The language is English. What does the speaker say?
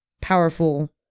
powerful